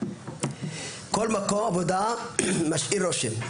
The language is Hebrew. כל מקום עבודה משאיר רושם,